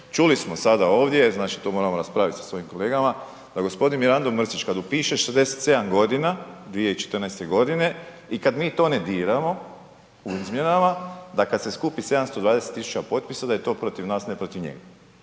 Čuli smo sada ovdje, znači to moramo raspraviti sa svojim kolegama, da g. Mirando Mrsić kad upiše 67 godina 2014. godine i kad mi to ne diramo u izmjenama da kad se skupi 720 tisuća potpisa, da je to protiv nas, a ne protiv njega